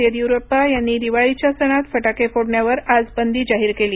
येडीयुरप्पा यांनी दिवाळीच्या सणात फटाके फोडण्यावर आज बंदी जाहीर केली